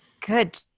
good